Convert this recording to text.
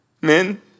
Men